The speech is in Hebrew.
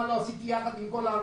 מה לא עשיתי ביחד עם כל האנשים.